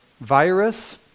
virus